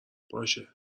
باشه